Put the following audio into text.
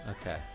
Okay